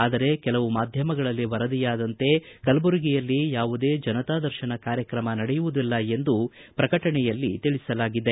ಆದರೆ ಕೆಲವು ಮಾಧ್ವಮಗಳಲ್ಲಿ ವರದಿಯಾದಂತೆ ಕಲಬುರಗಿಯಲ್ಲಿ ಯಾವುದೇ ಜನತಾ ದರ್ಶನ ಕಾರ್ಯಕ್ರಮ ನಡೆಯುವುದಿಲ್ಲ ಎಂದು ಪ್ರಕಟಣೆಯಲ್ಲಿ ತಿಳಿಸಲಾಗಿದೆ